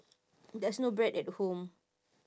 there's no bread at home